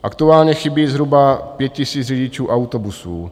Aktuálně chybí zhruba 5 000 řidičů autobusů.